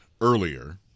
earlier